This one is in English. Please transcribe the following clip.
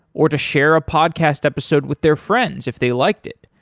or to share a podcast episode with their friends if they liked it?